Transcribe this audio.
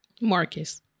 Marcus